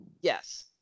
Yes